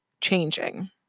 changing